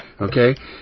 okay